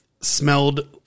smelled